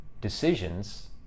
decisions